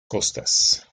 costas